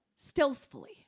stealthily